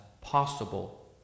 possible